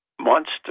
Monster